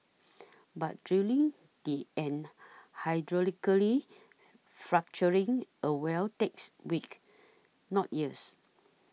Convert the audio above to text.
but drilling and hydraulically fracturing a well takes weeks not years